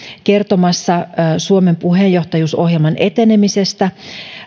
kertomassa suomen puheenjohtajuusohjelman etenemisestä